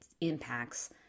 impacts